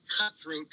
cutthroat